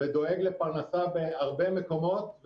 ודואג לפרנסה בהרבה מקומות,